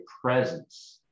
presence